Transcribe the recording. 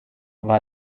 war